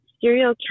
serial